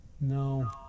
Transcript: No